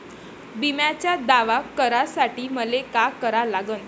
बिम्याचा दावा करा साठी मले का करा लागन?